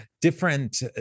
different